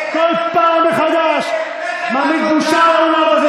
בושה וחרפה.